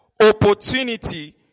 Opportunity